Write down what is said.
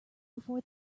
before